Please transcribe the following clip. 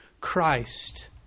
Christ